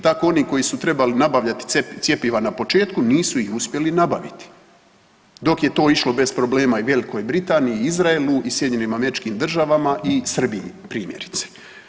Tako oni koji su trebali nabavljati cjepiva na početku nisu ih uspjeli nabaviti, dok je to išlo bez problema i Velikoj Britaniji i Izraelu i SAD-u i Srbiji primjerice.